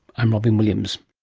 i'm robyn williams